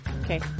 Okay